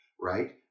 right